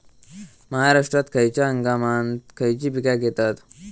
महाराष्ट्रात खयच्या हंगामांत खयची पीका घेतत?